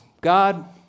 God